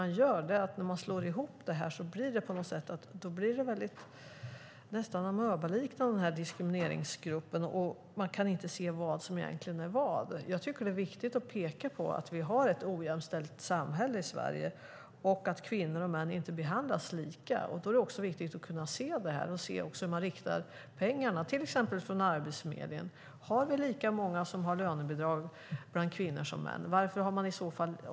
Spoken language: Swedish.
När man slår ihop dem blir den här diskrimineringsgruppen nästan amöbaliknande och man kan inte se vad som egentligen är vad. Jag tycker att det är viktigt att peka på att vi har ett ojämställt samhälle i Sverige och att kvinnor och män inte behandlas lika. Då är det också viktigt att kunna se det och att man riktar pengarna, till exempel från Arbetsförmedlingen, rätt. Är det lika många kvinnor som män som har lönebidrag?